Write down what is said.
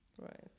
Right